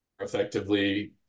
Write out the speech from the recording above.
effectively